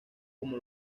como